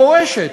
המורשת,